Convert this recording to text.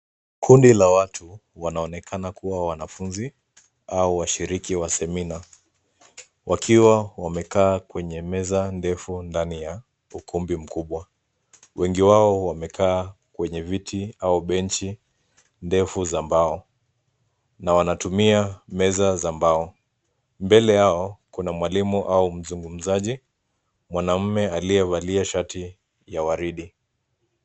Kundi la watu wanaonekana kuwa wanafunzi au washiriki wa semina wakiwa wamekaa kwenye meza ndefu ndani ya ukumbi mkubwa. Wengi wao wamekaa kwenye viti au benchi ndefu za mbao na wanatumia meza za mbao. Mbele yao kuna mwalimu au mzungumzaji mwanaume aliyevalia shati ya waridi.